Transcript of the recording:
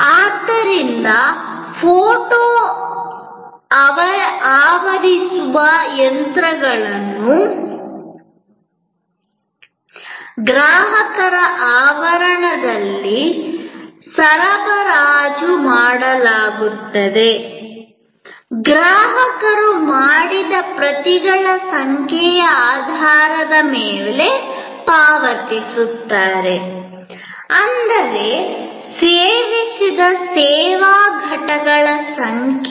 ಆದ್ದರಿಂದ ಫೋಟೋ ಆವರಿಸುವ ಯಂತ್ರಗಳನ್ನು ಗ್ರಾಹಕರ ಆವರಣದಲ್ಲಿ ಸರಬರಾಜು ಮಾಡಲಾಗುತ್ತದೆ ಗ್ರಾಹಕರು ಮಾಡಿದ ಪ್ರತಿಗಳ ಸಂಖ್ಯೆಯ ಆಧಾರದ ಮೇಲೆ ಪಾವತಿಸುತ್ತಾರೆ ಅಂದರೆ ಸೇವಿಸಿದ ಸೇವಾ ಘಟಕಗಳ ಸಂಖ್ಯೆ